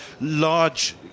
large